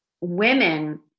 women